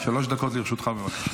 שלוש דקות לרשותך, בבקשה.